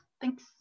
Thanks